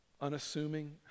Unassuming